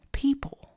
People